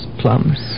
plums